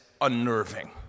unnerving